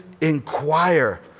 inquire